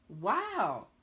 Wow